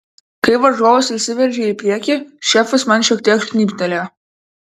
kai varžovas įsiveržė į priekį šefas man šiek tiek žnybtelėjo